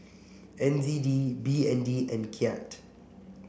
N Z D B N D and Kyat